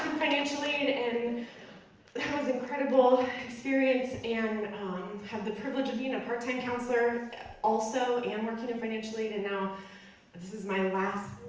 financial aid, and and that was incredible and um had the privilege of being a part-time counselor also and working in financial aid and now this is my last,